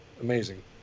amazing